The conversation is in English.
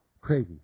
crazy